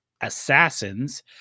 assassins